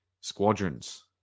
Squadrons